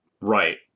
Right